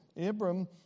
Abram